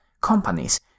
companies